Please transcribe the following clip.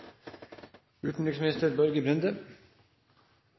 utenriksminister Børge Brende